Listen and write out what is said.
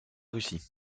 russie